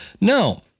No